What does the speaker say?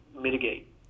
mitigate